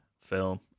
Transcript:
film